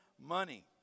money